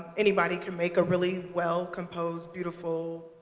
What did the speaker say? anybody can make a really well composed, beautiful,